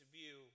view